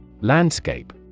Landscape